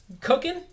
Cooking